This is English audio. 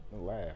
laugh